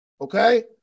Okay